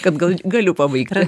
kad gal galiu pabaigti